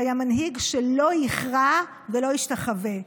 היה מנהיג שלא יכרע ולא ישתחווה.